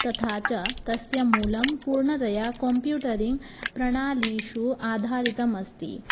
तथा च तस्य मूलं पूर्णतया कम्प्यूटरिङ्ग् प्रणालिषु आधारितम् अस्ति